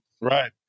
Right